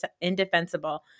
indefensible